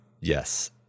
Yes